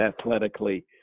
athletically